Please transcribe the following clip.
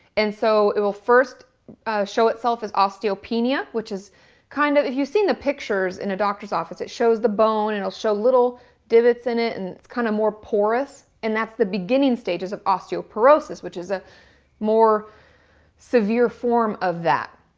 and so it will first show itself as osteopenia, which is kind of of you've seen the pictures in the doctors office, it shows the bone and it'll show little divots in it and it's kind of more porous, and that's the beginning stages of osteoporosis, which is a more severe form of that.